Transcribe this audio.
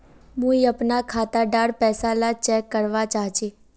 मुई अपना खाता डार पैसा ला चेक करवा चाहची?